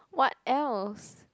what else